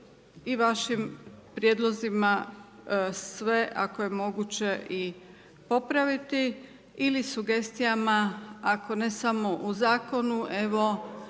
sa vašim prijedlozima sve ako je moguće i popraviti ili sugestijama, ako ne samo u zakonu, evo